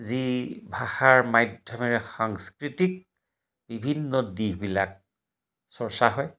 যি ভাষাৰ মাধ্যমেৰে সাংস্কৃতিক বিভিন্ন দিশবিলাক চৰ্চা হয়